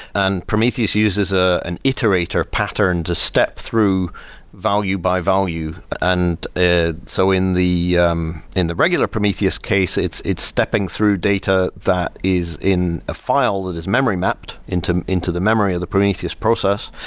and prometheus uses ah an iterator pattern to step through value-by-value. and so in the um in the regular prometheus case, it's it's stepping through data that is in a file that is memory mapped into into the memory of the prometheus process.